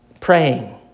Praying